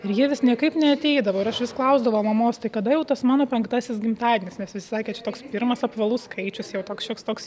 ir jie vis niekaip neateidavo ir aš vis klausdavau mamos tai kada jau tas mano penktasis gimtadienis nes visi sakė čia toks pirmas apvalus skaičius jau toks šioks toks